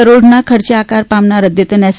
કરોડના ખર્ચે આકાર પામનાર અદ્યતન એસ